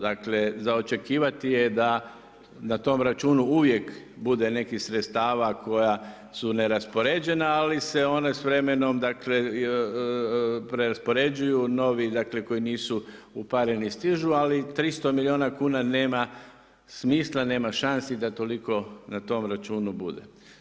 Dakle, za očekivati je da na tom računu uvijek bude nekih sredstava koja su neraspoređena, ali se one s vremenom preraspoređenu, novi dakle, koji nisu upareni stižu, ali 300 milijuna kuna nema smisla, nema šansi da toliko na tom računu budu.